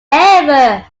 ever